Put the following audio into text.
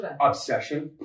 obsession